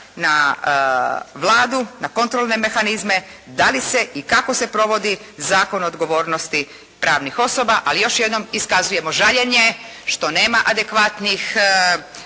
na Vladu, na kontrole mehanizme da li se i kako se provodi Zakon o odgovornosti pravnih osoba. Ali još jednom iskazujemo žaljenje što nema adekvatnih